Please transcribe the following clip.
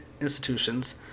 institutions